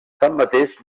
tanmateix